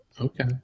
Okay